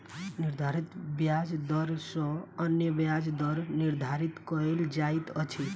निर्धारित ब्याज दर सॅ अन्य ब्याज दर निर्धारित कयल जाइत अछि